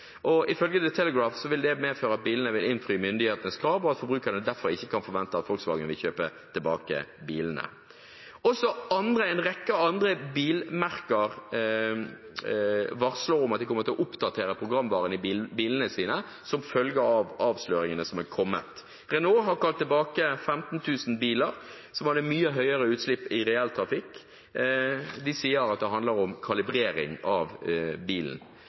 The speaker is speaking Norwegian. og ifølge The Telegraph vil det medføre at bilene vil innfri myndighetenes krav, og at forbrukerne derfor ikke kan forvente at Volkswagen vil kjøpe tilbake bilene. Også en rekke andre bilmerker varsler at de kommer til å oppdatere programvaren i bilene sine som følge av avsløringene som er kommet. Renault har kalt tilbake 15 000 biler som hadde mye høyere utslipp i reell trafikk. De sier at det handler om kalibrering av